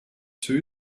two